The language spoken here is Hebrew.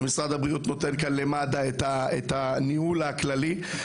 ומשרד הבריאות נותן כאן למד"א את הניהול הכללי של זה,